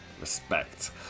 respect